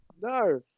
no